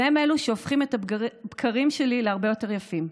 והם שהופכים את הבקרים שלי להרבה יותר יפים.